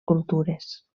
cultures